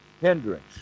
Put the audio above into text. hindrance